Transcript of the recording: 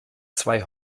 zwei